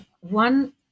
One